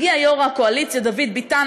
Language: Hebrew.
הגיע יושב-ראש הקואליציה דוד ביטן.